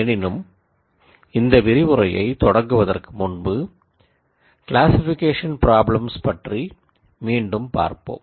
எனினும் இந்த விரிவுரையைத் தொடங்குவதற்கு முன்பு க்ளாசிக்பிகேஷன் பிராப்ளம்ஸ் பற்றி மீண்டும் பார்ப்போம்